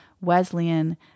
Wesleyan